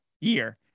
year